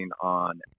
on